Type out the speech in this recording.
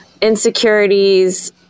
insecurities